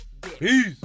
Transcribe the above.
Peace